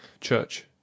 Church